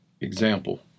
Example